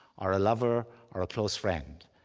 or a lover, or a close friend.